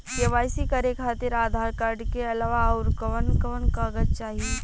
KYC करे खातिर Aadhaar card के अलावा आउरकवन कवन कागज चाहीं?